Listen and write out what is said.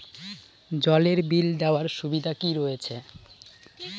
জলের বিল দেওয়ার সুবিধা কি রয়েছে?